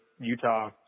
Utah